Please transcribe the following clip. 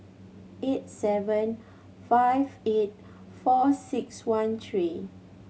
eight seven five eight four six one three